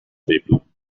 people